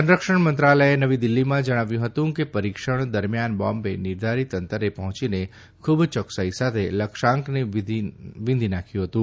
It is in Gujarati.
સંરક્ષણ મંત્રાલયે નવી દિલ્હીમાં જણાવ્યું હતું કે પરિક્ષણ દરમિયાન બોમ્બે નિર્ધારિત અંતરે પહોંચીને ખૂબ ચોક્સાઈ સાથે લક્ષ્યાંકને વિધિ નાખ્યું હતું